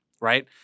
right